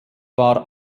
war